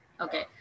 okay